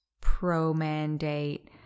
pro-mandate